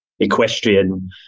equestrian